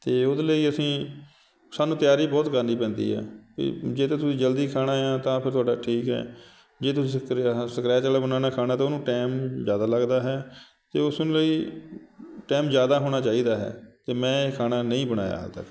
ਅਤੇ ਉਹਦੇ ਲਈ ਅਸੀਂ ਸਾਨੂੰ ਤਿਆਰੀ ਬਹੁਤ ਕਰਨੀ ਪੈਂਦੀ ਹੈ ਅਤੇ ਜੇ ਤਾਂ ਤੁਸੀਂ ਜਲਦੀ ਖਾਣਾ ਆ ਤਾਂ ਫਿਰ ਤੁਹਾਡਾ ਠੀਕ ਹੈ ਜੇ ਤੁਸੀਂ ਸਕਰੇ ਆਹਾ ਸਕਰੈਚ ਵਾਲਾ ਬਣਾਉਣਾ ਖਾਣਾ ਤਾਂ ਉਹਨੂੰ ਟਾਇਮ ਜ਼ਿਆਦਾ ਲੱਗਦਾ ਹੈ ਅਤੇ ਉਸ ਲਈ ਟਾਈਮ ਜ਼ਿਆਦਾ ਹੋਣਾ ਚਾਹੀਦਾ ਹੈ ਅਤੇ ਮੈਂ ਇਹ ਖਾਣਾ ਨਹੀਂ ਬਣਾਇਆ ਹਾਲੇ ਤੱਕ